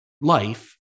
life